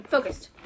Focused